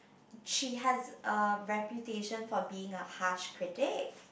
she has a reputation for being a harsh critic